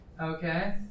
Okay